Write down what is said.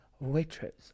Waitress